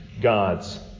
God's